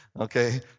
okay